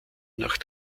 nach